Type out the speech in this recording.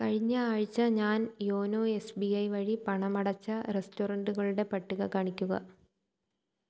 കഴിഞ്ഞ ആഴ്ച ഞാൻ യോനോ എസ് ബി ഐ വഴി പണം അടച്ച റെസ്റ്റോറൻ്റുകളുടെ പട്ടിക കാണിക്കുക